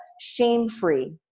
shame-free